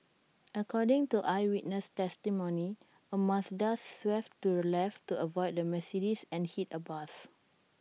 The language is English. according to eyewitness testimony A Mazda swerved to the left to avoid the Mercedes and hit A bus